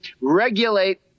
regulate